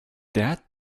that